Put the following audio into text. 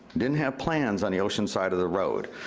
didn't have plans on the ocean side of the road.